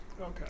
Okay